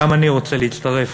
אני רוצה להצטרף